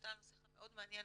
והייתה לנו שיחה מאוד מעניינת,